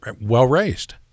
well-raised